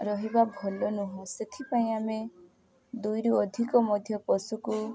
ରହିବା ଭଲ ନୁହଁ ସେଥିପାଇଁ ଆମେ ଦୁଇରୁ ଅଧିକ ମଧ୍ୟ ପଶୁକୁ